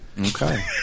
Okay